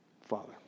Father